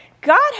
God